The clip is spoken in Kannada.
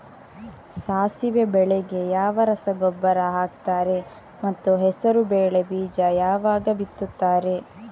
ಸಾಸಿವೆ ಬೆಳೆಗೆ ಯಾವ ರಸಗೊಬ್ಬರ ಹಾಕ್ತಾರೆ ಮತ್ತು ಹೆಸರುಬೇಳೆ ಬೀಜ ಯಾವಾಗ ಬಿತ್ತುತ್ತಾರೆ?